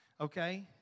Okay